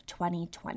2020